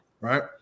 right